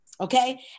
okay